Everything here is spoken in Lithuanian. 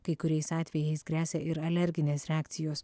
kai kuriais atvejais gresia ir alerginės reakcijos